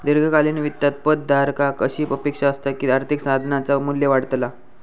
दीर्घकालीन वित्तात पद धारकाक अशी अपेक्षा असता की आर्थिक साधनाचा मू्ल्य वाढतला